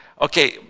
Okay